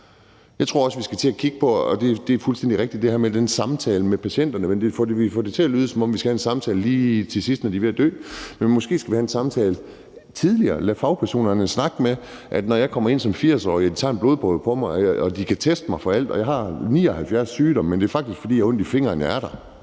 Jeg tror også, vi skal til at kigge på – og det er fuldstændig rigtigt – det her med den samtale med patienterne, men vi får det til at lyde, som om vi skal have en samtale lige til sidst, når de er ved at dø. Men måske skal vi have en samtale tidligere og lade fagpersonerne snakke med. Når jeg kommer ind som 80-årig, og de tager en blodprøve på mig, og de kan teste mig for alt, og jeg har 79 sygdomme, men det faktisk er, fordi jeg har ondt i fingeren, at jeg er der,